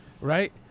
right